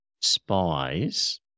spies